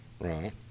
Right